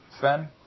Fen